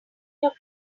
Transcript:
your